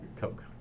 Coke